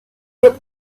with